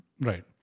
Right